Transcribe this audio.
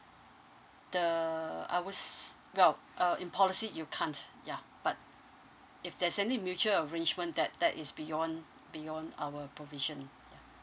the I was well uh in policy you can't yeah but if there's any mutual arrangement that that is beyond beyond our provision ya